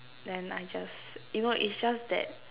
then I just you know is just that